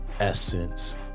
Essence